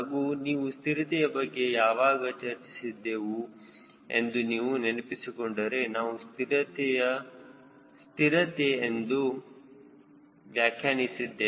ಹಾಗೂ ನಾವು ಸ್ಥಿರತೆಯ ಬಗ್ಗೆ ಯಾವಾಗ ಚರ್ಚಿಸಿದ್ದೆವು ಎಂದು ನೀವು ನೆನಪಿಸಿಕೊಂಡರೆ ನಾವು ಸ್ಥಿರವಾದ ಸ್ಥಿರತೆ ಎಂದು ವ್ಯಾಖ್ಯಾನಿಸಿದ್ದೇವೆ